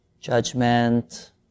judgment